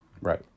Right